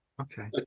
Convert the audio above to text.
okay